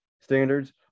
standards